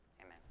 Amen